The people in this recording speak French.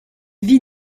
vit